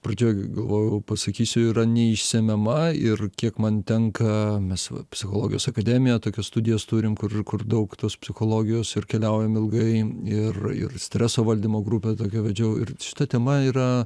pradžioj galvojau pasakysiu yra neišsemiama ir kiek man tenka mes psichologijos akademija tokios studijos turim kur kur daug tos psichologijos ir keliaujame ilgai ir ir streso valdymo grupę tokią vedžiau ir šita tema yra